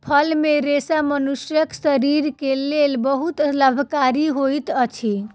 फल मे रेशा मनुष्यक शरीर के लेल बहुत लाभकारी होइत अछि